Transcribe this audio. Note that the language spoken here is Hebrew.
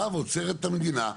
באה ועוצרת את המדינה,